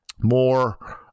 more